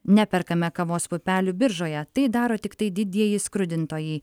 neperkame kavos pupelių biržoje tai daro tiktai didieji skrudintojai